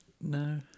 No